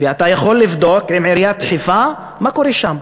ואתה יכול לבדוק עם עיריית חיפה מה קורה שם.